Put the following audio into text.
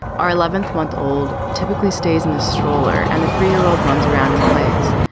our eleventh month old typically stays in the stroller and the three year old runs around and plays.